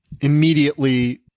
immediately